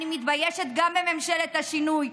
אני מתביישת גם בממשלת השינוי,